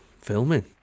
Filming